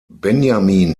benjamin